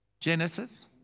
Genesis